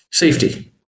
safety